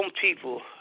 people